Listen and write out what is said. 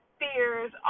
fears